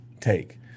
take